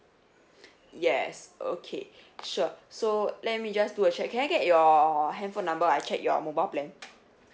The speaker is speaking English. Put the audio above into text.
yes okay sure so let me just do a check can I get your handphone number I check your mobile plan